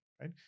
Right